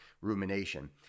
rumination